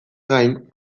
gain